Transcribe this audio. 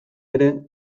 ere